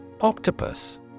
Octopus